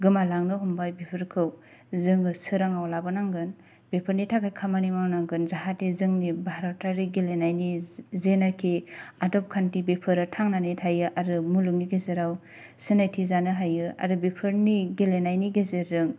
गोमालांनो हमबाय बेफोरखौ जोङो सोराङाव लाबोनांगोन बेफोरनि थाखाय खामानि मावनांगोन जाहाथे जोंनि भारतारि गेलेनायनि जेनाखि आदब खान्थि बेफोरो थांनानै थायो आरो मुलुगनि गेजेराव सिनायथि जानो हायो आरो बेफोरनि गेलेनायनि गेजेरजों